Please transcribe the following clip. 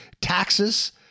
taxes